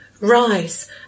Rise